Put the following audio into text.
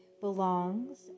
belongs